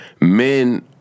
men